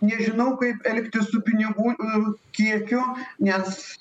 nežinau kaip elgtis su pinigų kiekiu nes